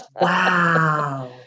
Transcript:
Wow